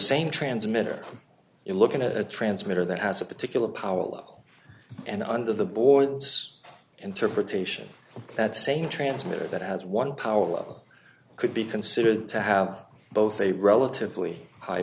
same transmitter you're looking at a transmitter that has a particular power level and under the board's interpretation that same transmitter that has one power level could be considered to have both a relatively high